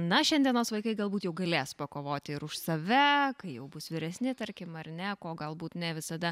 na šiandienos vaikai galbūt jau galės pakovoti ir už save kai jau bus vyresni tarkim ar ne ko galbūt ne visada